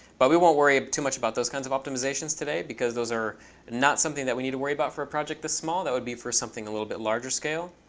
but we won't worry too much about those kinds of optimizations today, because those are not something that we need to worry about for a project this small. that would be for something a little bit larger scale.